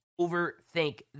overthink